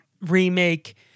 remake